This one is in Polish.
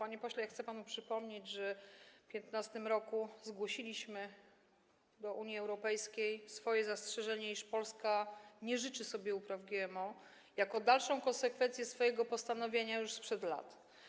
Panie pośle, chcę panu przypomnieć, że w 2015 r. zgłosiliśmy Unii Europejskiej swoje zastrzeżenie, iż Polska nie życzy sobie upraw GMO, jako dalszą konsekwencję swojego postanowienia już sprzed lat.